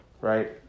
right